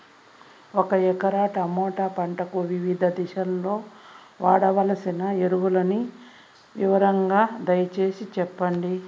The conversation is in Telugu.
ఒక ఎకరా టమోటా పంటకు వివిధ దశల్లో వాడవలసిన ఎరువులని వివరంగా దయ సేసి చెప్పండి?